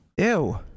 Ew